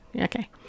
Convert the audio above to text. Okay